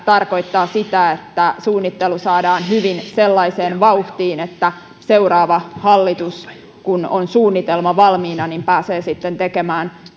tarkoittaa sitä että suunnittelu saadaan hyvin sellaiseen vauhtiin että seuraava hallitus kun on suunnitelma valmiina pääsee sitten tekemään